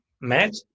match